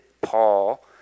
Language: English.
Paul